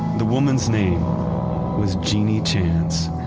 the woman's name was genie chance.